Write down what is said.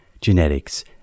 genetics